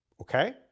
Okay